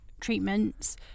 treatments